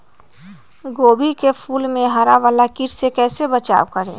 गोभी के फूल मे हरा वाला कीट से कैसे बचाब करें?